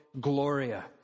Gloria